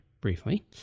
briefly